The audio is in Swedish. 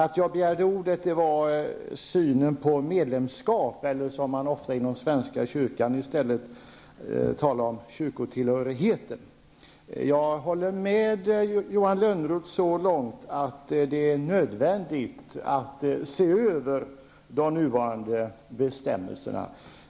Att jag begärde ordet berodde på synen på medlemskap, eller som det ofta inom svenska kyrkan i stället talas om, kyrkotillhörigheten Jag håller med Johan Lönnroth så långt, som att det är nödvändigt att se över de nuvarande bestämmelserna.